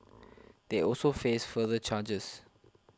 they also face further charges